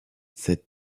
cette